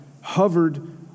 hovered